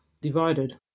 divided